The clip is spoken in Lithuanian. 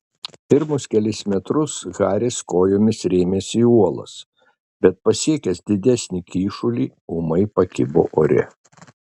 pirmus kelis metrus haris kojomis rėmėsi į uolas bet pasiekęs didesnį kyšulį ūmai pakibo ore